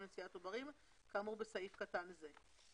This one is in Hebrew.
לנשיאת עוברים כאמור בסעיף קטן זה".